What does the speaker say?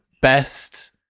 best